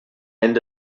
end